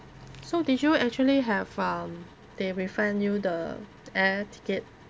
so did you actually have um they refund you the air ticket